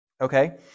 Okay